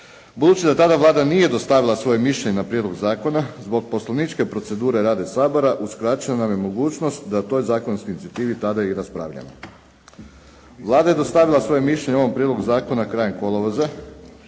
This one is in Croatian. Budući da tada Vlada nije dostavila svoje mišljenje na prijedlog zakona zbog poslovničke procedure Vlade i Sabora uskraćena nam je mogućnost da toj zakonskoj inicijativi tada i raspravljamo. Vlada je dostavila svoje mišljenje o ovom prijedlogu zakona krajem kolovoza